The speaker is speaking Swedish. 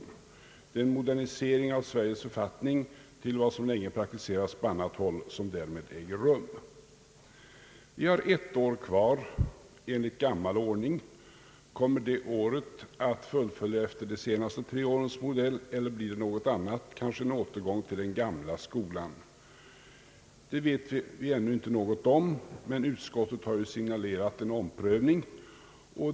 Det är en modernisering av Sveriges författning till vad som länge praktiserats på annat håll som därmed äger rum. Vi har ett år kvar enligt gammal ordning. Kommer det året att fullföljas efter de senaste årens modell eller blir det något annat, kanske en återgång till det gamla? Det vet vi ännu inte något om, men utskottet har signalerat en omprövning.